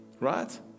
Right